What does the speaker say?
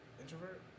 Introvert